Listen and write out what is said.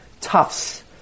Tufts